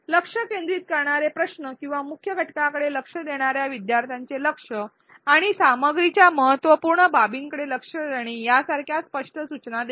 लक्ष केंद्रित करणारे प्रश्न किंवा मुख्य घटकांकडे लक्ष देणार्या विद्यार्थ्यांचे लक्ष आणि सामग्रीच्या महत्त्वपूर्ण बाबींकडे लक्ष देणे यासारख्या स्पष्ट सूचना देतात